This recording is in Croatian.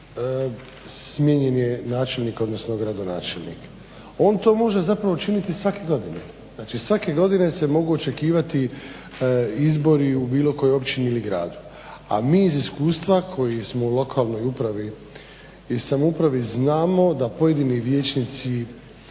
smijenjen je načelnik, odnosno gradonačelnik. On to može zapravo učiniti svake godine, znači svake godine se mogu očekivati izbori u bilo kojoj općini ili gradu, a mi iz iskustva koji smo u lokalnoj upravi i samoupravi znamo da pojedini vijećnici,